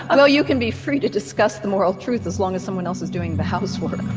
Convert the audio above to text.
well you can be free to discuss the moral truth as long as someone else is doing the housework,